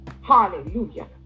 hallelujah